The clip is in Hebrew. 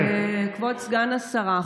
כבוד סגן השרה,